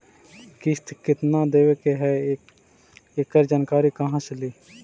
किस्त केत्ना देबे के है एकड़ जानकारी कहा से ली?